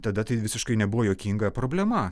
tada tai visiškai nebuvo juokinga problema